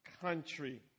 country